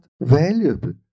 valuable